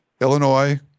Illinois